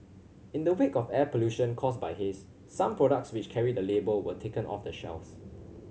in the wake of air pollution caused by haze some products which carry the label were taken off the shelves